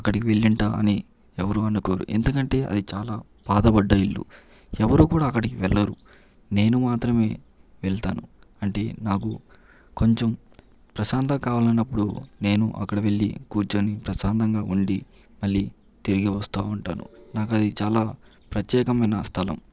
అక్కడికి వెళ్ళుంట అని ఎవరు అనుకోరు ఎందుకంటే అది చాలా పాతబడ్డ ఇల్లు ఎవరు కూడా అక్కడికి వెళ్ళరు నేను మాత్రమే వెళ్తాను అంటే నాకు కొంచెం ప్రశాంతత కావాలన్నప్పుడు నేను అక్కడ వెళ్ళి కూర్చొని ప్రశాంతంగా ఉండి మళ్ళీ తిరిగి వస్తా ఉంటాను నాకు అది చాలా ప్రత్యేకమైన స్థలం